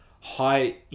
high